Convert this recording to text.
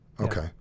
Okay